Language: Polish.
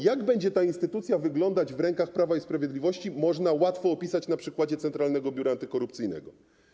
Jak będzie ta instytucja wyglądać w rękach Prawa i Sprawiedliwości, można łatwo opisać na przykładzie Centralnego Biura Antykorupcyjnego.